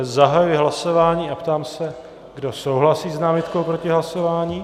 Zahajuji hlasování a ptám se, kdo souhlasí s námitkou proti hlasování.